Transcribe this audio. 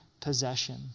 possession